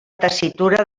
tessitura